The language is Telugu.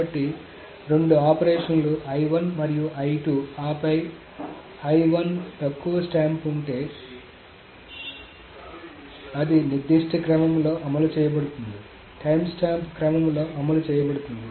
కాబట్టి రెండు ఆపరేషన్లు మరియు ఆపై తక్కువ టైమ్స్టాంప్ ఉంటే అది నిర్దిష్ట క్రమంలో అమలు చేయబడుతుంది టైమ్స్టాంప్ క్రమంలో అమలు చేయబడుతుంది